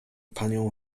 panią